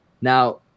Now